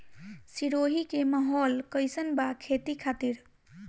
सिरोही के माहौल कईसन बा खेती खातिर?